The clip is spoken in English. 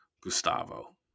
Gustavo